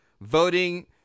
voting